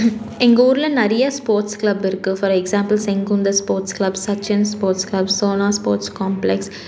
எங்கள் ஊரில் நிறைய ஸ்போர்ட்ஸ் கிளப் இருக்கு for examples Sengunthal sports club Sachin's sports club Sona sports complex